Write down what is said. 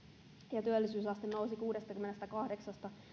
ja työllisyysaste nousi kuudestakymmenestäkahdeksasta